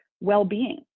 well-being